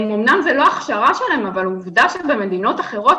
אמנם זה לא ההכשרה שלהם אבל עובדה שבמדינות אחרות